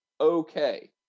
Okay